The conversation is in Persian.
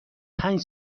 پنج